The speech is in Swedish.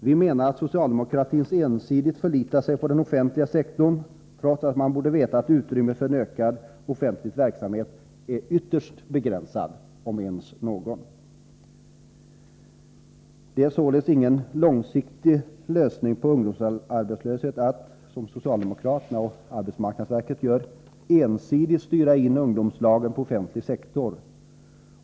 Vi menar att socialdemokratin ensidigt förlitar sig på den offentliga sektorn, trots att man borde veta att utrymmet för en ökad offentlig verksamhet är ytterst begränsat, om ens något. Det är således ingen långsiktig lösning på ungdomsarbetslösheten att — som socialdemokraterna och arbetsmarknadsverket gör — ensidigt styra ungdomslagen till offentlig sektor.